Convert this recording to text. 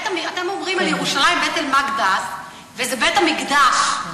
אתם אומרים על ירושלים "בית אל-מקדס",